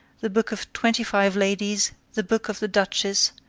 the book of twenty-five ladies, the book of the duchess,